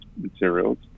materials